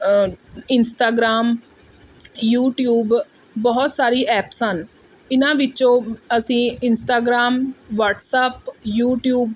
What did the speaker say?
Instagram YouTube ਬਹੁਤ ਸਾਰੀ apps ਹਨ ਇਹਨਾਂ ਵਿੱਚੋਂ ਅਸੀਂ ਇੰਸਟਾਗ੍ਰਾਮ ਵੱਟਸਅਪ ਯੂ ਟਿਊਬ